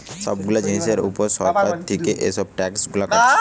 সব গুলা জিনিসের উপর সরকার থিকে এসব ট্যাক্স গুলা কাটছে